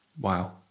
Wow